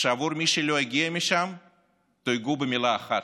שעבור מי שלא הגיע משם תויגו במילה אחת: